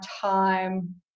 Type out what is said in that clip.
time